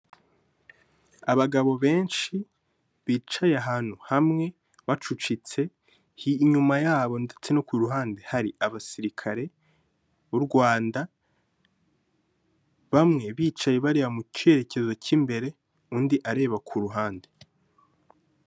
Abagabo benshi bicaye ahantu hamwe bacucitse, inyuma yabo ndetse no ku ruhande hari abasirikare b'u Rwanda, bamwe bicaye bareba mu cyerekezo cy'imbere undi areba ku ruhande.